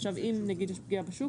עכשיו אם יש נגיד יש פגיעה בשוק,